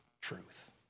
truth